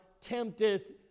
tempteth